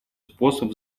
способ